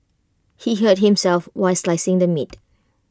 he hurt himself while slicing the meat